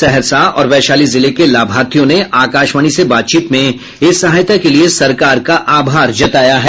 सहरसा और वैशाली जिले के लाभार्थियों ने आकाशवाणी से बातचीत में इस सहायता के लिये सरकार का आभार जताया है